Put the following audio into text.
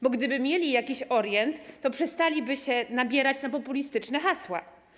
Bo gdyby mieli jakiś orient, to przestaliby się nabierać na populistyczne hasła.